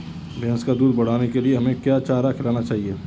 भैंस का दूध बढ़ाने के लिए हमें क्या चारा खिलाना चाहिए?